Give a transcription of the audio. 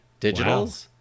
digitals